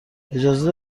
اجازه